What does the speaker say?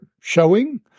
showing